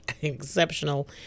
exceptional